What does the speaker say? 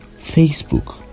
Facebook